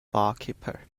barkeeper